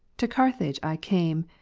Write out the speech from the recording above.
to carthage i came,